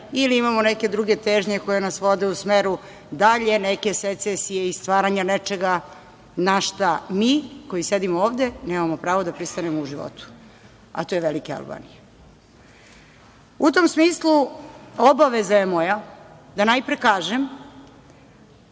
ili imamo neke druge težnje koje nas vode u smeru dalje neke secesije i stvaranja nečega na šta mi koji sedimo ovde nemamo pravo da pristanemo u životu, a to je „velike Albanije“.U tom smislu, obaveza je moja da najpre kažem